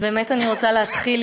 אז באמת אני רוצה להתחיל,